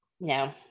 No